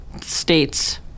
state's